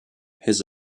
his